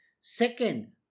second